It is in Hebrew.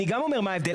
אני גם אומר מה ההבדל.